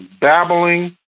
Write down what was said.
babbling